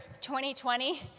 2020